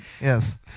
Yes